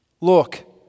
Look